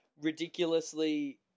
ridiculously